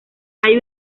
hay